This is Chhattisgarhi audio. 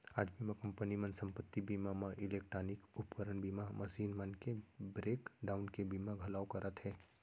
आज बीमा कंपनी मन संपत्ति बीमा म इलेक्टानिक उपकरन बीमा, मसीन मन के ब्रेक डाउन के बीमा घलौ करत हें